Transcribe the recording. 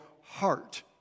heart